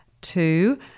Two